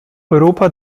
europa